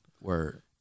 Word